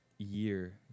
year